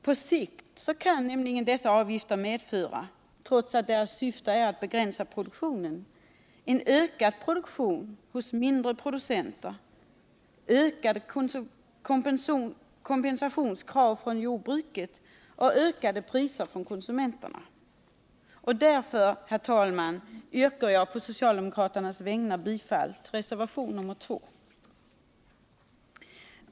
På sikt kan nämligen dessa avgifter medföra — trots att deras syfte är att begränsa produktionen — en ökad produktion hos mindre producenter, ökade kompensationskrav från jordbruket och ökade priser för konsumenterna. Därför, herr talman, yrkar jag på socialdemokraternas vägnar bifall till reservationen 2.